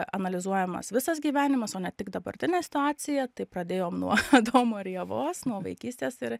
analizuojamas visas gyvenimas o ne tik dabartinė situacija tai pradėjom nuo adomo ir ievos nuo vaikystės ir